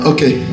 Okay